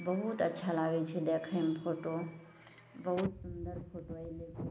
बहुत अच्छा लागय छै देखयमे फोटो बहुत सुन्दर फोटो एलय